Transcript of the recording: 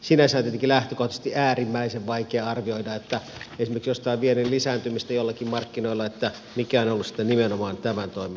sinänsä jotenkin lähtökohtaisesti on äärimmäisen vaikea arvioida esimerkiksi jostain viennin lisääntymisestä joillakin markkinoilla mikä on ollut sitten nimenomaan tämän toiminnan ansiota